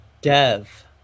Dev